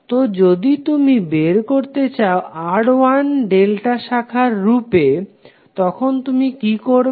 তো যদি তুমি বের করতে চাও R1 ডেল্টার শাখার রূপে তখন তুমি কি করবে